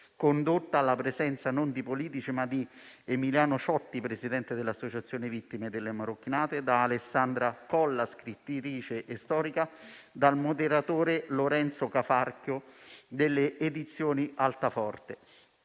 condotto alla presenza non di politici, ma di Emiliano Ciotti, presidente dell'Associazione vittime delle marocchinate, di Alessandra Colla, scrittrice e storica, e del moderatore Lorenzo Cafarchio, delle Edizioni Altaforte.